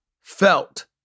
felt